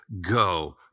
go